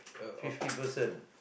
fifty person